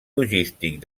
logístic